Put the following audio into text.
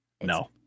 No